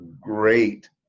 great